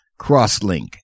Crosslink